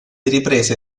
riprese